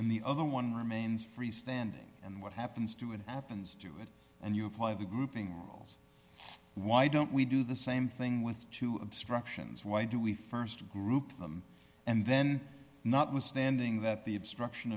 and the other one remains free standing and what happens to in athens do it and you apply the grouping rules why don't we do the same thing with two obstructions why do we st group them and then notwithstanding that the obstruction